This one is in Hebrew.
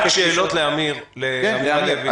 רק שאלות לאמיר הלוי, בבקשה.